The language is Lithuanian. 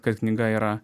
kad knyga yra